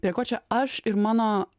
prie ko čia aš ir mano